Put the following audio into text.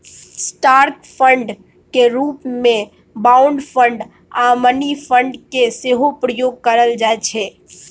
stock fund केर रूप मे बॉन्ड फंड आ मनी फंड केर सेहो प्रयोग करल जाइ छै